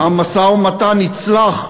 המשא-ומתן יצלח,